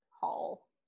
hall